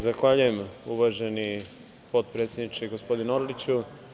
Zahvaljujem, uvaženi potpredsedniče, gospodine Orliću.